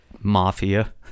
Mafia